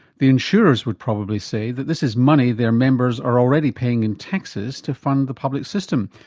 the insurers would probably say that this is money their members are already paying in taxes to fund the public system,